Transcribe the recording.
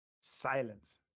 silence